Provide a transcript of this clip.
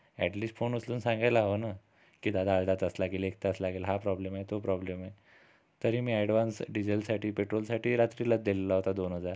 at least phone उचलून सांगायला हवं न की दादा अर्धा तास लागेल एक तास लागेल हा प्रॉब्लेम आहे तो प्रॉब्लेम आहे तरी मी ॲडवान्स डिझेलसाठी पेट्रोलसाठी रात्रीलाच दिलेला होता दोन हजार